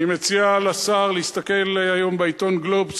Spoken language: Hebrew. אני מציע לשר להסתכל היום בעיתון "גלובס"